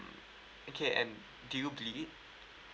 okay and do you bleed